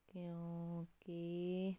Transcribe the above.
ਕਿਉਂਕਿ